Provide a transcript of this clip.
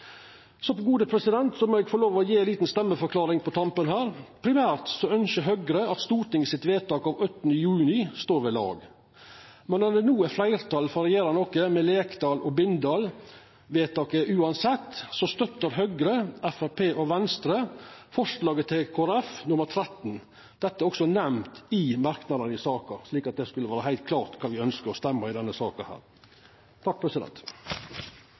Så må eg få lov til å gje ei lita stemmeforklaring på tampen. Primært ønskjer Høgre at Stortinget sitt vedtak av 8. juni står ved lag. Men når det no er fleirtal for å gjera noko med Leka og Bindal-vedtaket uansett, vil Høgre støtta Framstegspartiet, Venstre og Kristeleg Folkepartis forslag nr. 13. Dette er òg nemnt i merknadane i saka, så det er heilt klart kva me ønskjer å stemma i denne saka.